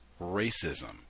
racism